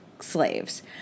slaves